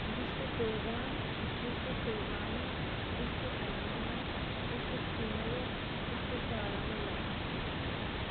district Kulgam district Pulwama district Anantnag district Srinagar district Baramulla